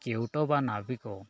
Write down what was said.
କେଉଟ ବା ନାବିକ